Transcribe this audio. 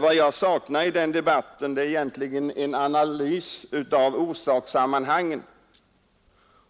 Vad jag saknade i den debatten var egentligen en analys av orsakssammanhangen